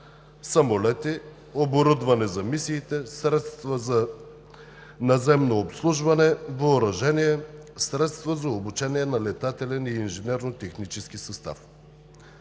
самолети, оборудване за мисиите, средства за наземно обслужване, въоръжение, средства за обучение на летателен и инженерно-технически състав.